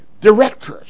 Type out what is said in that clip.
directors